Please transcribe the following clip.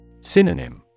Synonym